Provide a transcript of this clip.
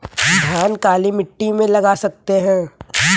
धान काली मिट्टी में लगा सकते हैं?